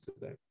today